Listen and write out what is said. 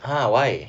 !huh! why